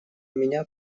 меня